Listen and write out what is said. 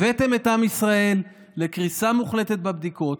הבאתם את עם ישראל לקריסה מוחלטת בבדיקות,